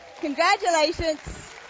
Congratulations